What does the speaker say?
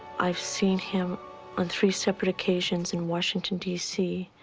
i've seen him on three separate occasions in washington dc.